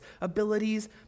abilities